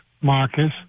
Marcus